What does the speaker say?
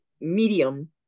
medium